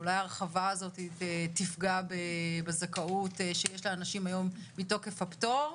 שאולי ההרחבה הזאת תפגע בזכאות שיש לאנשים היום מתוקף הפטור.